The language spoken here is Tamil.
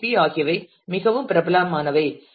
பி மற்றும் PHP ஆகியவை மிகவும் பிரபலமானவை